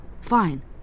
fine